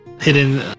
hidden